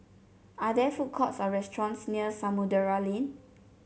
are there food courts or restaurants near Samudera Lane